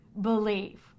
believe